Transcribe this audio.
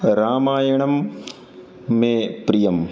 रामायणं मे प्रियम्